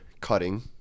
cutting